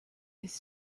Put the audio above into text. his